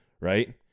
right